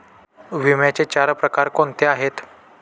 विम्याचे चार प्रकार कोणते आहेत?